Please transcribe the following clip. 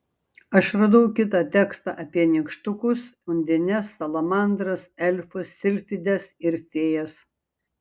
aš radau kitą tekstą apie nykštukus undines salamandras elfus silfides ir fėjas